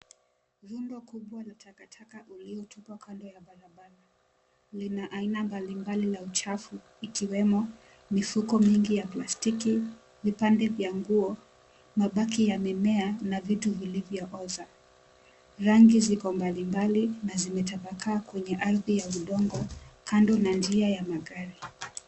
Rundo kubwa la takataka liliotupwa kando ya barabara lina aina mbalimbali ya uchafu ikiwemo mifuko mingi ya plastiki, vipande vya nguo, mabaki ya mimea na vitu vilivyooza. Rangi ziko mbalimbali na zimetapakaa kwenye ardhi ya udongo kando na njia ya magari.